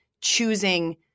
choosing